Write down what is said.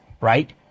right